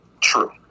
True